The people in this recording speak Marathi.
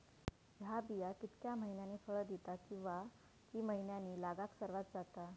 हया बिया कितक्या मैन्यानी फळ दिता कीवा की मैन्यानी लागाक सर्वात जाता?